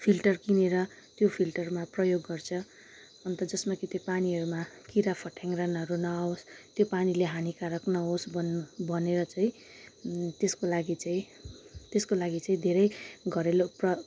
filter किनेर त्यो फिल्टरमा प्रयोग गर्छ अन्त कि जसमा कि त्यो पानीहरूमा किरा फटेङ्ग्राहरू नआओस् त्यो पानीले हानिकारक नहोस् भन्नु भनेर चाहिँ म त्यसको लागि चाहिँ त्यसको लागि चाहिँ धेरै घरेलु प्र